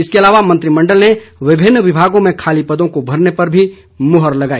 इसके अलावा मंत्रिमंडल ने विभिन्न विभागों में खाली पदों को भरने पर भी मोहर लगाई